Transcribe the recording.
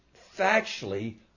factually